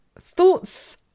Thoughts